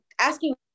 asking